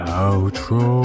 outro